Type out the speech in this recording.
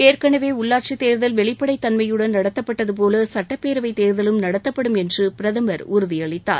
ஏற்கனவே உள்ளாட்சித் தேர்தல் வெளிப்படைத் தன்மையுடன் நடத்தப்பட்டதுபோல சுட்டப்பேரவைத் தேர்தலும் நடத்தப்படும் என்று பிரதமர் உறுதியளித்தார்